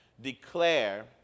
declare